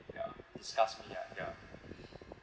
ya disgusts me lah ya